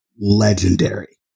legendary